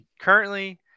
Currently